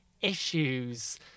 issues